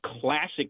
classic